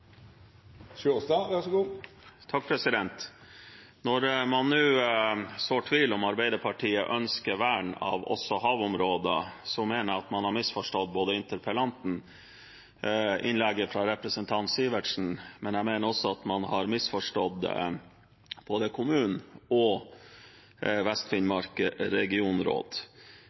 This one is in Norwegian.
Når man nå sår tvil om Arbeiderpartiet ønsker vern av også havområder, mener jeg at man har misforstått både interpellanten og innlegget fra representanten Sivertsen, men jeg mener også at man har misforstått både kommunen og Vest-Finnmark Regionråd.